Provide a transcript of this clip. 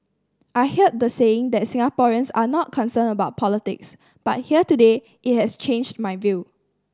I heard the saying that Singaporeans are not concerned about politics but here today it has changed my view